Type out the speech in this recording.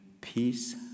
peace